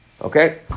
Okay